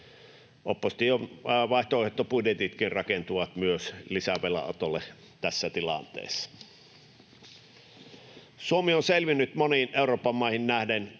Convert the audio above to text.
Opposition vaihtoehtobudjetitkin rakentuvat lisävelanotolle tässä tilanteessa. Suomi on selvinnyt moniin Euroopan maihin nähden